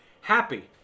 happy